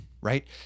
Right